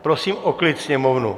Prosím o klid Sněmovnu.